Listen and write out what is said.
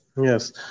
Yes